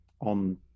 on